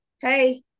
hey